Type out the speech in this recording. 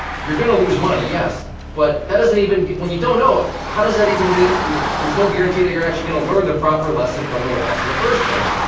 you're gonna lose money yes. but that doesn't even, when you don't know, how does that even, you know there's no guarantee that you're actually gonna learn the proper lesson from the loss in the first place,